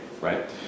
right